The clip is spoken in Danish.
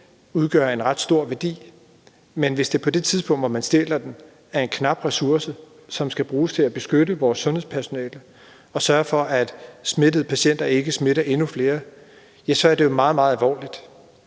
udgør en ret stor værdi, men hvis det på det tidspunkt, hvor man stjæler den, er en knap ressource, som skal bruges til at beskytte vores sundhedspersonale og sørge for, at smittede patienter ikke smitter endnu flere, er det jo meget, meget alvorligt.